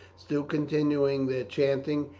still continuing their chanting,